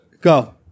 Go